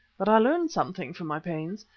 but i learned something for my pains.